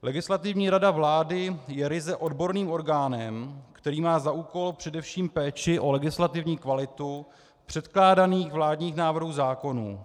Legislativní rada vlády je ryze odborným orgánem, který má za úkol především péči o legislativní kvalitu předkládaných vládních návrhů zákonů.